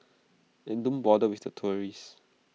and don't bother with the tourists